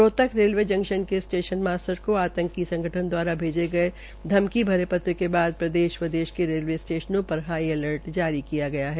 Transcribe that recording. Rohtak railway junction के station master को आंतकी संगठन दवारा भैजे गये धममी भरे पत्र के बाद प्रदेश व देश के रेलवे स्टेशनों पर हाई अल्स्ट जारी किया गया है